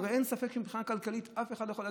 הרי אין ספק שמבחינה כלכלית אף אחד לא יכול להגיד,